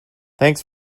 thanks